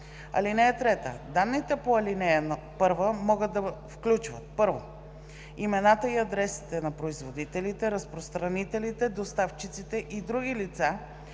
услуги. (3) Данните по ал. 1 могат да включват: 1. имената и адресите на производителите, разпространителите, доставчиците и други лица,